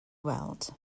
weld